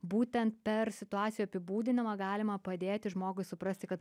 būtent per situacijų apibūdinimą galima padėti žmogui suprasti kad